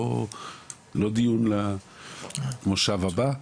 לא דיון למושב הבא,